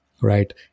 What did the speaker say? Right